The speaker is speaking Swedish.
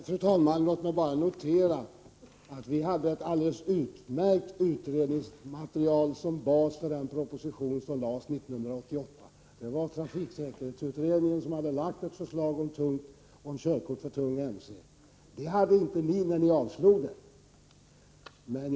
Fru talman! Låt mig bara notera att vi hade ett alldeles utmärkt utredningsmaterial som bas för den proposition som lades fram 1982. Trafiksäkerhetsutredningen hade lagt fram ett förslag om körkort för tung motorcykel. Ni hade inte ett så bra underlag när ni avslog förslaget.